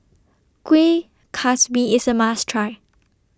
Kuih Kasbi IS A must Try